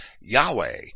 Yahweh